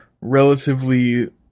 relatively